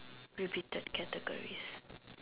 repeated categories